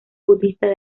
budistas